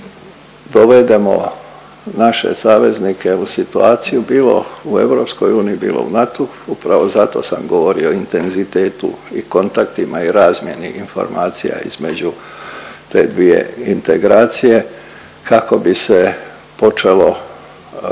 ne dovedemo naše saveznike u situaciju, bilo u EU, bilo u NATO-u, upravo zato sam govorio o intenzitetu i kontaktima i razmjeni informacija između te dvije integracije, kako bi se počelo na